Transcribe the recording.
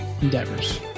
endeavors